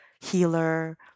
Healer